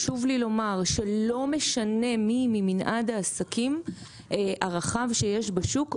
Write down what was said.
חשוב לי לומר שלא משנה מי ממנעד העסקים הרחב שיש בשוק,